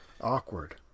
Awkward